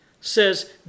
says